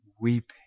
weeping